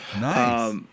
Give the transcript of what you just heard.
Nice